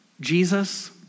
Jesus